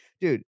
Dude